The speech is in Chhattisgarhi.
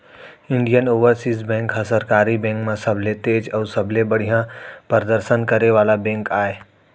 इंडियन ओवरसीज बेंक ह सरकारी बेंक म सबले तेज अउ सबले बड़िहा परदसन करे वाला बेंक आय